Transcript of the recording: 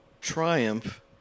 Triumph